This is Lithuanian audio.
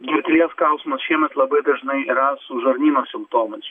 krūtinės skausmas šiemet labai dažnai yra su žarnyno simptomais